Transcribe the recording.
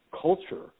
culture